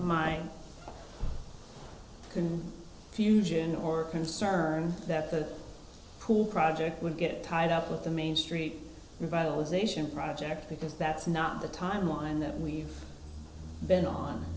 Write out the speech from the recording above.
my fusion or concern that the cool project would get tied up with the main street revitalization project because that's not the timeline that we've been on